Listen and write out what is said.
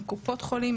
עם קופות החולים,